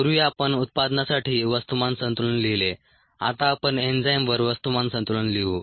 पूर्वी आपण उत्पादनासाठी वस्तुमान संतुलन लिहिले आता आपण एन्झाईमवर वस्तुमान संतुलन लिहू